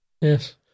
Yes